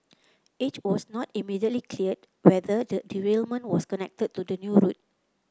it was not immediately clear whether the derailment was connected to the new route